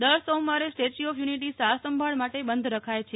દર સોમવારે statue of unity સાર સંભાળ માટે બંધ રખાય છે